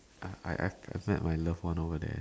I I I I met my loved one over there